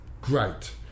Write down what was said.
great